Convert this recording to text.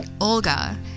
Olga